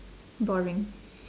boring